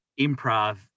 improv